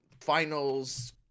finals